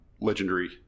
legendary